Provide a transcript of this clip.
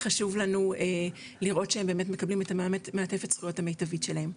חשוב לנו לראות שהם באמת מקבלים את מעטפת הזכויות המיטבית שלהם,